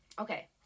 Okay